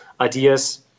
ideas